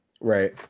Right